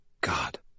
God